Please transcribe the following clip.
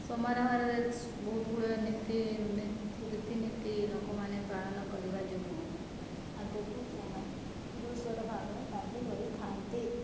ସମାରୋହରେ ବହୁତ ଗୁଡ଼ାଏ ନୀତି ରୀତିନୀତି ଲୋକମାନେ ପାଳନ କରିବା ଯୋଗୁଁ ଆଗକୁ ସେମାନେ ପୁରୁଷର ବାହାଘର କାର୍ଯ୍ୟ କରିଥାନ୍ତି